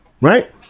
Right